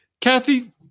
Kathy